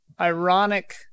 ironic